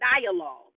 dialogue